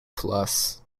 plus